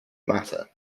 matter